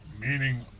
meaning